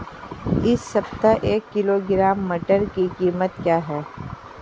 इस सप्ताह एक किलोग्राम मटर की कीमत क्या है?